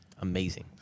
amazing